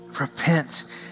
Repent